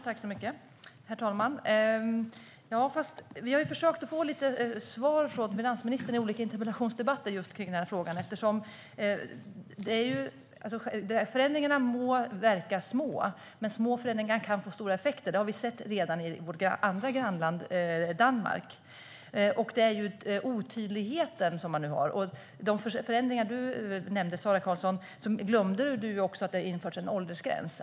Herr talman! Vi har försökt att få svar från finansministern i olika interpellationsdebatter när det gäller den här frågan. Förändringarna må verka små, men små förändringar kan få stora effekter. Det har vi redan sett i vårt andra grannland Danmark. Det är otydligt nu, och när det gäller de förändringar som du nämnde, Sara Karlsson, glömde du att det har införts en åldersgräns.